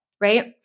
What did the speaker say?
right